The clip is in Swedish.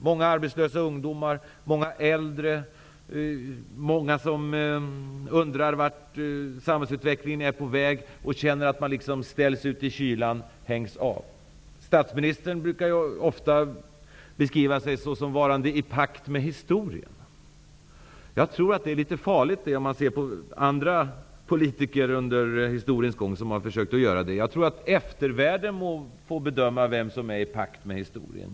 Många arbetslösa ungdomar och äldre undrar vart samhällsutvecklingen är på väg, och de känner att de ställs ut i kylan, hängs av. Statsministern brukar ofta beskriva sig själv som varande i pakt med historien. Jag tror att det är litet farligt om man jämför med andra politiker under historiens gång. Jag tror att eftervärlden får bedöma vem som är i pakt med historien.